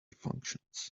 functions